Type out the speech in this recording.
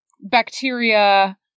bacteria